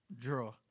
Draw